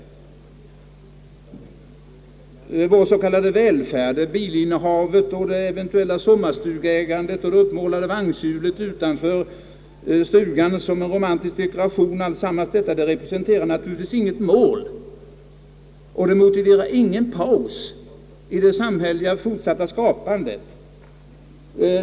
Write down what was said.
Vår s.k. välfärd — bilinnehavet och det eventuella sommarstugeägandet och det uppmålade vagnshjulet utanför stugan som en romantisk dekoration — representerar naturligtvis inte något mål och motiverar inte någon paus i det fortsatta samhälleliga skapandet.